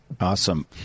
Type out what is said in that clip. Awesome